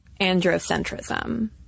androcentrism